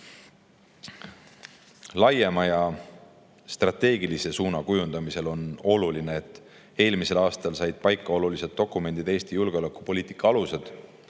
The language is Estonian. Laiema ja strateegilise suuna kujundamisel on oluline, et eelmisel aastal said paika olulised dokumendid: Eesti julgeolekupoliitika alused,